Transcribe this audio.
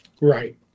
right